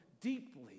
deeply